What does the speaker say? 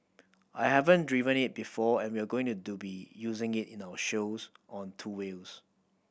I haven't driven it before and we're going to be using it in our shows on two wheels